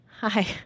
Hi